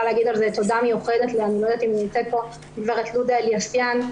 להגיד על זה תודה מיוחדת לגב' לודה אליאסיאן,